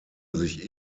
sich